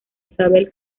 isabel